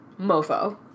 Mofo